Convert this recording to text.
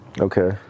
Okay